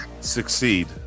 Succeed